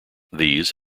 these